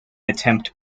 attempt